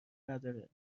نداره